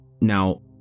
Now